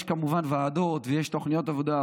יש ועדות ויש תוכניות עבודה,